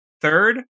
third